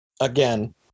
again